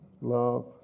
love